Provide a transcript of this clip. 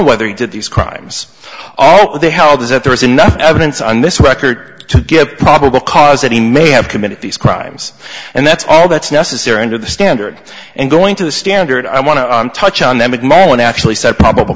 whether he did these crimes all they held is that there is enough evidence on this record to give probable cause that he may have committed these crimes and that's all that's necessary under the standard and going to the standard i want to touch on them and molen actually said probable